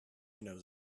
knows